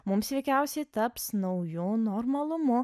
mums veikiausiai taps naujuoju normalumu